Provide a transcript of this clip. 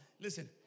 Listen